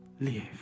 live